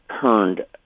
turned